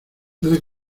puede